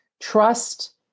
trust